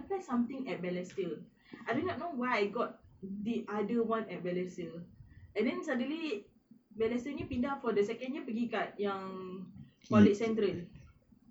I apply something at balestier I do not know why got the other one at balestier and then suddenly balestier ni pindah for the second year pergi dekat yang college central